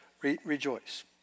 rejoice